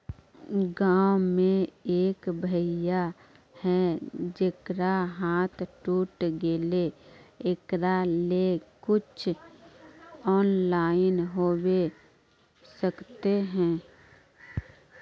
गाँव में एक भैया है जेकरा हाथ टूट गले एकरा ले कुछ ऑनलाइन होबे सकते है?